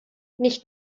nicht